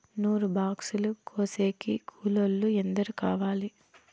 నూరు బాక్సులు కోసేకి కూలోల్లు ఎందరు కావాలి?